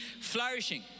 flourishing